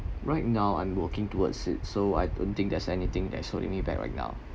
right now I'm working towards it so I don't think there's anything that is holding me back right now